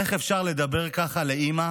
איך אפשר לדבר ככה לאימא